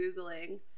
googling